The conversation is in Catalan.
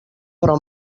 però